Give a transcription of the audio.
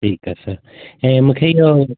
ठीकु आहे सर ऐं मूंखे इहो